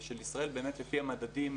זה בעצם אותם נתונים של ה-OECD.